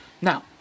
Now